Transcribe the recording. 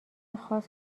خاص